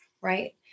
right